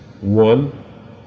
one